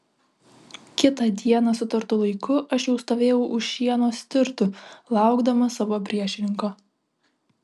kitą dieną sutartu laiku aš jau stovėjau už šieno stirtų laukdamas savo priešininko